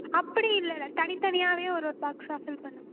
அப்படி இல்லைல்ல தனித்தனியாகவே ஒரு ஒரு பாக்ஸாக ஃபில் பண்ணுங்கள்